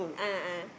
a'ah